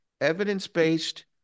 evidence-based